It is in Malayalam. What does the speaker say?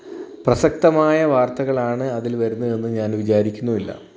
പ്രസക്തമായ വാര്ത്തകളാണ് അതില് വരുന്നതെന്ന് ഞാന് വിചാരിക്കുന്നുമില്ല